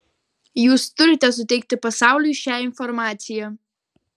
jūs turite suteikti pasauliui šią informaciją